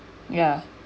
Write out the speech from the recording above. ya